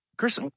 Chris